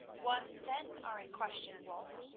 what, then, are in question, wulf?